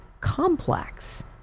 complex